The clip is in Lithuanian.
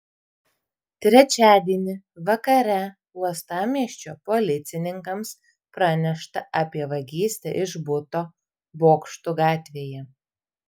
trečiadienį vakare uostamiesčio policininkams pranešta apie vagystę iš buto bokštų gatvėje